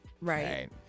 right